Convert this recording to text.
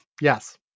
Yes